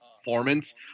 performance